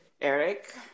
Eric